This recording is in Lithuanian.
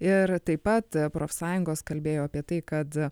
ir taip pat profsąjungos kalbėjo apie tai kad